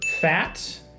fat